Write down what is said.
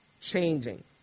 changing